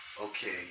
Okay